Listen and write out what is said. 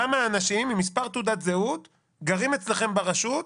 כמה אנשים עם מספר תעודת זהות גרים אצלכם ברשות.